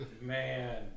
man